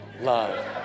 love